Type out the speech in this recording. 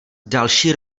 další